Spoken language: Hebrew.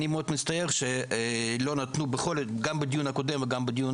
אני מאוד מצטער שלא נתנו גם בדיון הקודם וגם בדיון